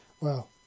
Well